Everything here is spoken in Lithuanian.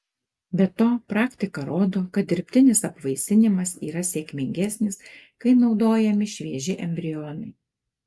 be to praktika rodo kad dirbtinis apvaisinimas yra sėkmingesnis kai naudojami švieži embrionai